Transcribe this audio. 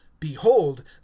behold